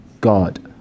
god